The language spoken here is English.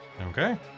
Okay